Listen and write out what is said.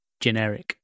generic